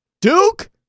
Duke